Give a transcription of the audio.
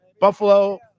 Buffalo